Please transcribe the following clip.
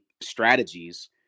strategies